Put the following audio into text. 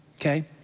okay